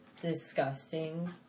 disgusting